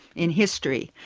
in history,